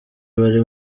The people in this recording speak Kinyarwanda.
bari